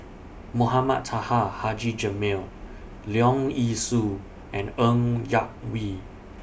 Mohamed Taha Haji Jamil Leong Yee Soo and Ng Yak Whee